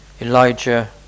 Elijah